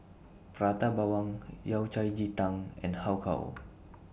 Prata Bawang Yao Cai Ji Tang and Har Kow